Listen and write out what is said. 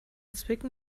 zwicken